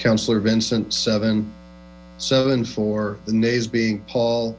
councilor vincent seven seven for the names being paul